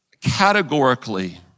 categorically